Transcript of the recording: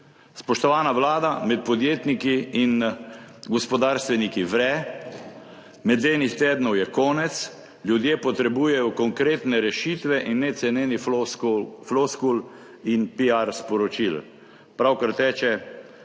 Spoštovana Vlada, med podjetniki in gospodarstveniki vre. Medenih tednov je konec, ljudje potrebujejo konkretne rešitve in ne cenenih floskul in piar sporočil. Pravkar teče